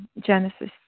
Genesis